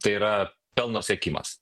tai yra pelno siekimas